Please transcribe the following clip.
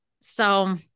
so-